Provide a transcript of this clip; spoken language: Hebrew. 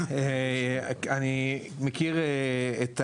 אני מכיר את הנהלים,